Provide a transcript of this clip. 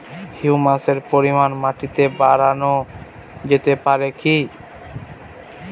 হিউমাসের পরিমান মাটিতে বারানো যেতে পারে কি?